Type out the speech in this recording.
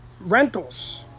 rentals